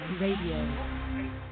Radio